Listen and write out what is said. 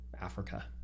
Africa